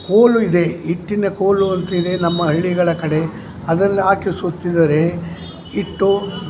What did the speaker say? ಕೋಲು ಇದೆ ಹಿಟ್ಟಿನ ಕೋಲು ಅಂತಿದೆ ನಮ್ಮ ಹಳ್ಳಿಗಳ ಕಡೆ ಅದ್ರಲ್ಲಿ ಹಾಕಿ ಸುತ್ತಿದರೆ ಹಿಟ್ಟು